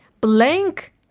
Blank